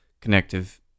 connective